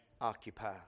Occupy